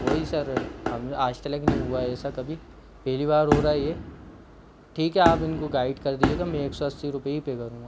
वही सर अब आज तलक नहीं हुआ ऐसा कभी पहली बार हो रहा है ये ठीक है आप इनको गाइड कर दीजिएगा मैं एक सौ अस्सी रुपये ही पे करूँगा